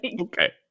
Okay